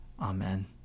amen